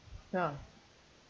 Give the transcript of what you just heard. ya